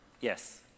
Yes